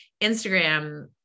Instagram